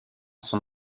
son